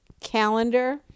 calendar